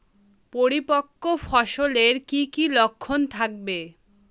পরিপক্ক ফসলের কি কি লক্ষণ থাকবে?